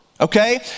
Okay